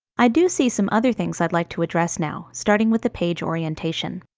i do see some other things i'd like to address now, starting with the page orientation.